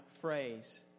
phrase